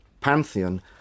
pantheon